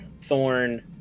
Thorn